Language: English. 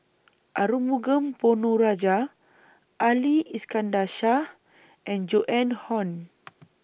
Arumugam Ponnu Rajah Ali Iskandar Shah and Joan Hon